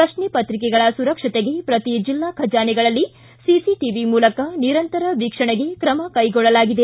ಪ್ರಶ್ನೆ ಪತ್ರಿಕೆಗಳ ಸುರಕ್ಷತೆಗೆ ಪ್ರತಿ ಜಿಲ್ಲಾ ಖಜಾನೆಗಳಲ್ಲಿ ಖಾಟಿವಿ ಮೂಲಕ ನಿರಂತರ ವೀಕ್ಷಣೆಗೆ ತ್ರಮ ಕೈಗೊಳ್ಳಲಾಗಿದೆ